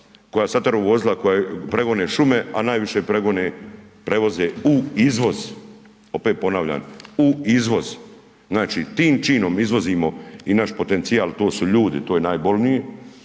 koja sataru vozila koja pregone šume, a najviše pregone, prevoze u izvoz, opet ponavljam u izvoz, znači tim činom izvozimo i naš potencijal, to su ljudi, to je najbolnije,